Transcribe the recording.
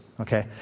Okay